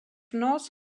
north